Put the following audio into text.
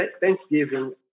Thanksgiving